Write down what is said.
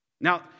Now